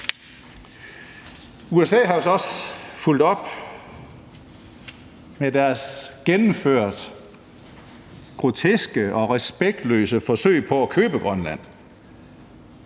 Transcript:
USA har så også fulgt op med deres gennemført groteske og respektløse forsøg på at købe Grønland